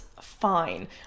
fine